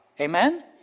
Amen